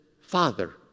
Father